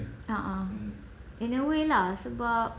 a'ah in a way lah sebab